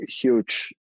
huge